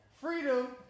Freedom